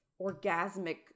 orgasmic